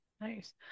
Nice